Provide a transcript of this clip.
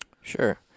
Sure